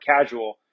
casual